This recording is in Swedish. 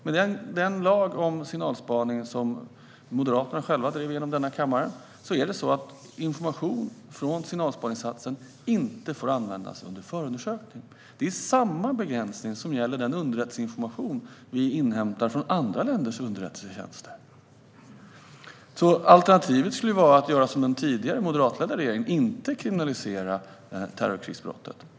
Med den lag om signalspaning som Moderaterna själva drev igenom i denna kammare får information från signalspaningsinsatsen inte användas under förundersökningen. Det är samma begränsning som gäller den underrättelseinformation som vi inhämtar från andra länders underrättelsetjänster. Alternativet skulle vara att göra som den tidigare moderatledda regeringen och inte kriminalisera terrorkrigsbrottet.